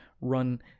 run